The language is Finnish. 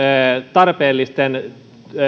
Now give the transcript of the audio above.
tarpeellisten